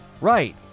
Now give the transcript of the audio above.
Right